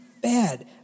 bad